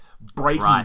breaking